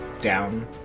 down